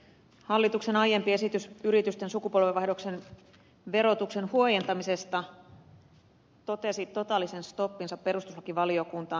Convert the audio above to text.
hallituksen aiempi esitys yritysten sukupolvenvaihdoksen verotuksen huojentamisesta kohtasi totaalisen stoppinsa perustuslakivaliokuntaan